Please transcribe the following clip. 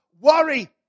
worry